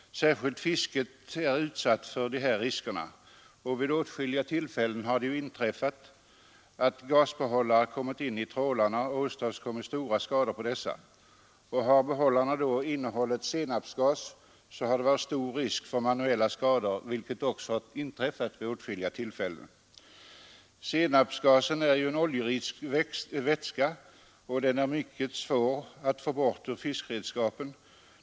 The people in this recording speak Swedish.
Särskilt fisket är utsatt för dessa risker, och vid åtskilliga tillfällen har det inträffat att gasbehållare kommit in i trålarna och åstadkommit stora skador på dessa. Har behållarna då innehållit senapsgas, har det varit stor risk för manuella skador, vilka också inträffat vid åtskilliga tillfällen. Senapsgas är ju en oljelik vätska, och den är m år att få bort ur fiskeredskapen.